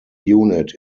unit